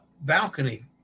balcony